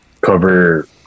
cover